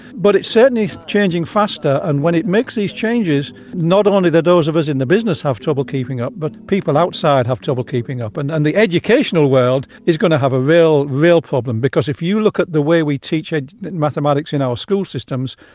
but it's certainly changing faster, and when it makes these changes not only do those of us in the business have trouble keeping up, but people outside have trouble keeping up, and and the educational world is going to have a real real problem, because if you look at the way we teach ah mathematics in our school systems,